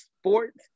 Sports